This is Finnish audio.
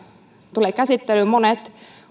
tulee käsittelyyn monet